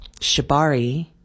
shibari